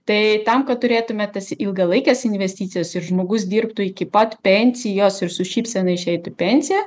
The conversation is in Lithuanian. tai tam kad turėtume tas ilgalaikes investicijas ir žmogus dirbtų iki pat pensijos ir su šypsena išeitų į pensiją